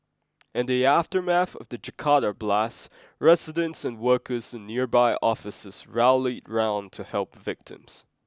in the aftermath of the Jakarta blasts residents and workers in nearby offices rallied round to help victims